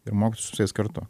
ir mokytus su visais kartu